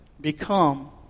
become